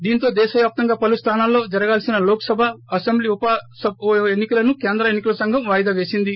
దీంతో దేశవ్యాప్తంగా పలు న్దానాల్లో జరగాల్పిన లోక్సభ అసెంబ్లీ ఉప ఎన్ని కలను కేంద్ర ఎన్ని కల సంఘం వాయిదా పేసింది